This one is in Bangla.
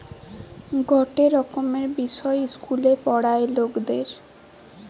গটে রকমের বিষয় ইস্কুলে পোড়ায়ে লকদের